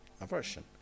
Aversion